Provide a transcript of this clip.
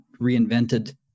reinvented